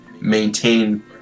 maintain